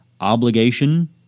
obligation